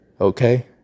okay